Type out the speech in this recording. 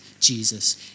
Jesus